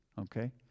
okay